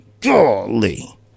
Golly